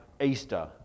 Easter